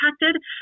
impacted